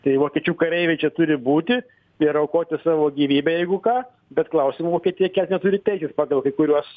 tai vokiečių kareiviai čia turi būti ir aukoti savo gyvybę jeigu ką bet klausimų vokietija kelt neturi teisės pagal kai kuriuos